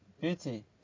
beauty